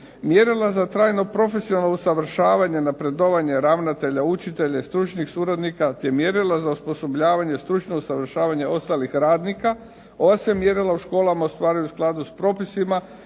Mjerila za trajno profesionalno usavršavanje, napredovanje ravnatelja, učitelja i stručnih suradnika te mjerila za osposobljavanje stručno usavršavanje ostalih radnika, ova se mjerila u školama ostvaruju u skladu s propisima